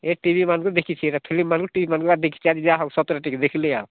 ଏ ଟିଭିମାନଙ୍କୁ ଦେଖିଛି ଏଇଟା ଫିଲ୍ମମାନଙ୍କୁ ଟିଭିମାନଙ୍କୁ ଆ ଦେଖିଛି ଯାହା ହେଉ ସତରେ ଟିକେ ଦେଖିଲି ଆଉ